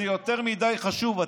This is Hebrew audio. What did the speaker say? זה יותר מדי חשוב.